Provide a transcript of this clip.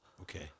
Okay